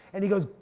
and he goes,